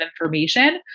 information